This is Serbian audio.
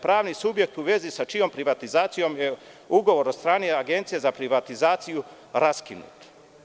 Pravni subjekt u vezi sa čijom privatizacijom je ugovor od strane Agencije za privatizaciju raskinut.